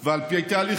ועל פי התהליכים,